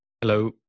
Hello